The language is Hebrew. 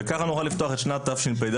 וככה נוכל לפתוח את שנת תשפ"ד,